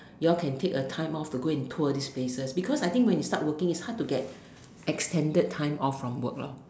you all can take a time off to go and tour these places because I think when you start working is hard to get extended time off from work loh